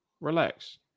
Relax